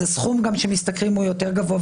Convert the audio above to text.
הסכום שמשכרים יותר גבוה,